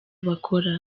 bakora